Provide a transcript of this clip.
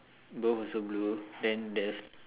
both also blue then there's